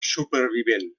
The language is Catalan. supervivent